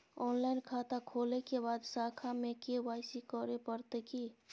Online खाता खोलै के बाद शाखा में के.वाई.सी करे परतै की?